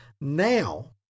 now